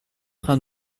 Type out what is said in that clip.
train